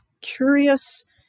curious